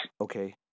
Okay